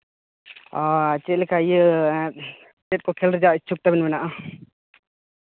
ᱚᱻ ᱪᱮᱫ ᱞᱮᱠᱟ ᱤᱭᱟᱹ ᱪᱮᱫ ᱠᱚ ᱠᱷᱮᱞ ᱨᱮᱭᱟᱜ ᱤᱪᱪᱷᱩᱠ ᱛᱟᱹᱵᱤᱱ ᱢᱮᱱᱟᱜᱼᱟ